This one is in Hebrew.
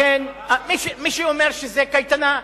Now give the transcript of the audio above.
מי שאומר שזה קייטנה,